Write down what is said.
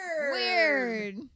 weird